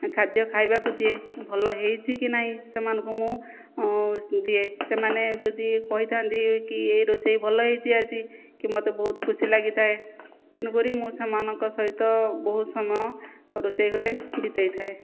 ଖାଦ୍ୟ ଖାଇବାକୁ ଦିଏ ଭଲ ହୋଇଛି କି ନାହିଁ ସେମାନଙ୍କୁ ମୁଁ ଦିଏ ସେମାନେ ଯଦି କହିଥାନ୍ତି କି ଏ ରୋଷେଇ ଭଲ ହୋଇଛି ଆଜି କି ମତେ ବହୁତ ଖୁସି ଲାଗିଥାଏ ତେଣୁକରି ମୁଁ ସେମାନଙ୍କ ସହିତ ବହୁତ ସମୟ ରୋଷେଇ ଘରେ ବିତେଇଥାଏ